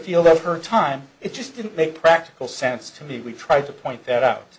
deal of her time it just didn't make practical sense to me we tried to point that out